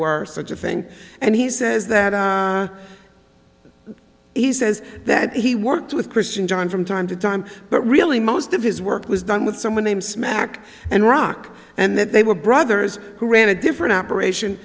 were such a thing and he says that he says that he worked with christian john from time to time but really most of his work was done with someone names smack and rock and that they were brothers who ran a different operation